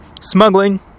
smuggling